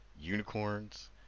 unicorns